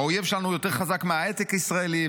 האויב שלנו יותר חזק מההייטק ישראלי,